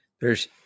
there's-